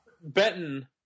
Benton